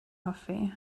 hoffi